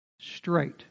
Straight